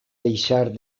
deixar